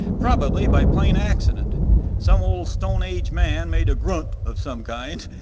probably by plain accident some old stone age man made a grunt of some kind,